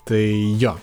tai jo